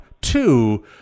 two